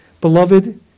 Beloved